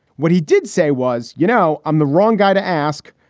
what he did say was, you know, i'm the wrong guy to ask,